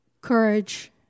courage